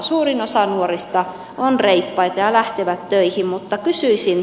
suurin osa nuorista on reippaita ja lähtee töihin mutta kysyisin